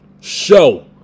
show